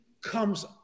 comes